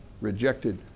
rejected